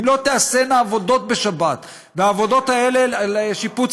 אם לא תיעשינה עבודות בשבת והעבודות האלה לשיפוץ